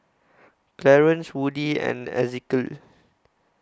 Clarance Woody and Ezekiel